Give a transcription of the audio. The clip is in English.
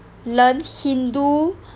learn hindu